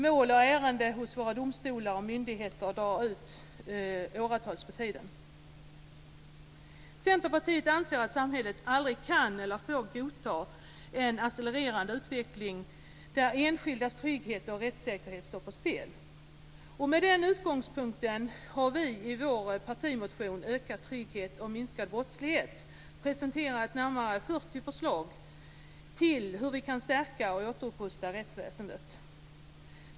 Mål och ärenden hos våra domstolar och myndigheter drar ut åratals på tiden. Centerpartiet anser att samhället aldrig kan eller får godta en accelererande utveckling där enskildas trygghet och rättssäkerhet står på spel. Med den utgångspunkten har vi i vår partimotion Ökad trygghet och minskad brottslighet presenterat närmare 40 förslag till hur vi kan stärka och återupprusta rättsväsendet.